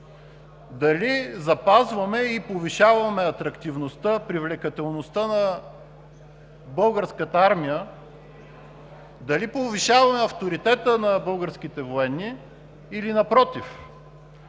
дали запазваме и повишаваме атрактивността, привлекателността на Българската армия, дали повишаваме авторитета на българските военни или напротив?